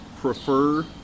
prefer